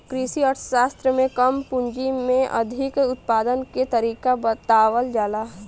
कृषि अर्थशास्त्र में कम पूंजी में अधिक उत्पादन के तरीका बतावल जाला